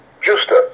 Justus